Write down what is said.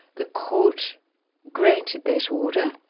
the court granted that order,